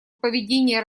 поведение